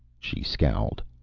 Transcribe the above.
she scolded.